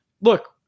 look